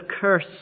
curse